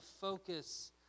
focus